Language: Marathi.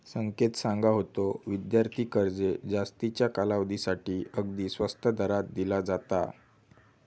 संकेत सांगा होतो, विद्यार्थी कर्ज जास्तीच्या कालावधीसाठी अगदी स्वस्त दरात दिला जाता